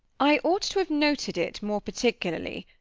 i ought to have noted it more particularly,